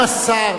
אם השר